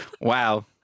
Wow